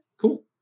cool